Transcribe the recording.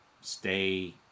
stay